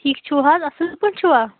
ٹھیٖک چھُو حظ اَصٕل پٲٹھۍ چھُوا